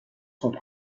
son